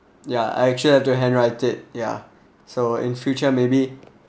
ya I actually have to hand write it yeah so in future maybe